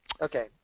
Okay